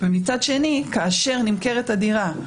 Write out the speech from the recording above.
ומצד שני, כאשר נמכרת הדירה,